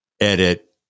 edit